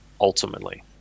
ultimately